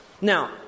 Now